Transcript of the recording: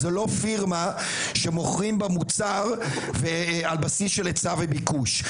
זה לא פירמה שמוכרים בה מוצר על בסיס של היצע וביקוש.